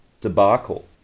debacle